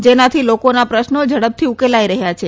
જેનાથી લોકોના પ્રશ્નો ઝડપથી ઉકેલાઇ રહયાં છે